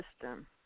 system